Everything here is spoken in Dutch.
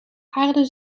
aarde